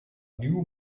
nieuw